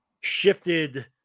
shifted